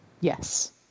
Yes